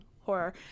horror